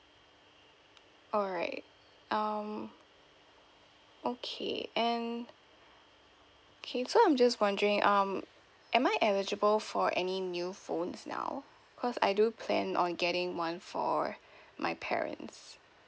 alright um okay and okay so I'm just wondering um am I eligible for any new phones now cause I do plan on getting one for my parents